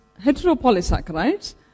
heteropolysaccharides